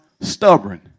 stubborn